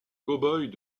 cowboys